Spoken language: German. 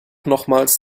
nochmals